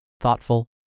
thoughtful